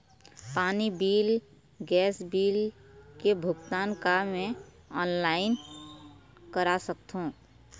पानी bill gas bill के भुगतान का मैं ऑनलाइन करा सकथों?